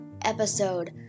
episode